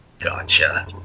Gotcha